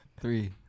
three